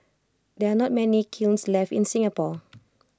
there are not many kilns left in Singapore